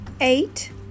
eight